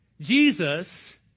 Jesus